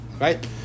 Right